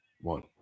One